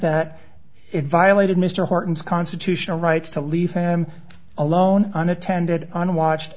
that it violated mr horton's constitutional rights to leave him alone and attended unwatched